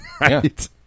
right